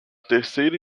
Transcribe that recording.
terceira